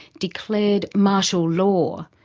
declared martial law.